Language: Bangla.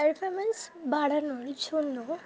পারফর্মেন্স বাড়ানোর জন্য